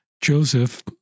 Joseph